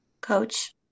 Coach